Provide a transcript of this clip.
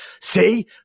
see